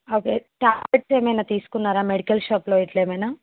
okay tablets ఏమన్న తీసుకున్నారా medical షాప్లో ఇట్ల ఏమైన